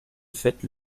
fête